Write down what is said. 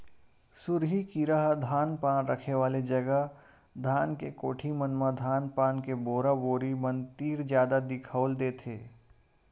सुरही कीरा ह धान पान रखे वाले जगा धान के कोठी मन म धान पान के बोरा बोरी मन तीर जादा दिखउल देथे